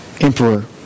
emperor